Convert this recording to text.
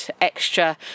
extra